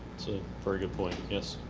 so very good point. yes,